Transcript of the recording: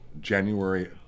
January